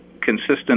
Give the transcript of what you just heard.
consistent